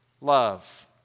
love